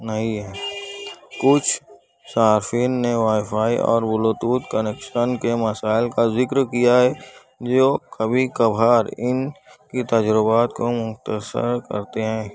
نہیں ہے کچھ صارفین نے وائی فائی اور بلوتوتھ کنیکشن کے مسائل کا ذکر کیا ہے جو کبھی کبھار ان کی تجربات کو مختصر کرتے ہیں